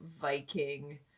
viking